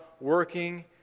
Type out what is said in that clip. working